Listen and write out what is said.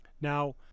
Now